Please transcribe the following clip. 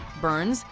burns,